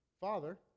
Father